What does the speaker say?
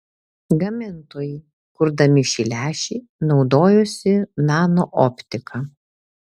gamintojai kurdami šį lęšį naudojosi nanooptika